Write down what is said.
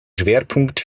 schwerpunkt